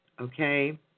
okay